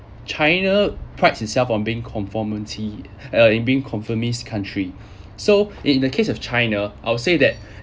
china prides itself on being conformity uh being conformist country so in the case of china I'll say that